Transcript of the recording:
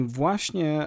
właśnie